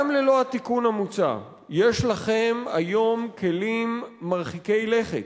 גם ללא התיקון המוצע יש לכם היום כלים מרחיקי לכת,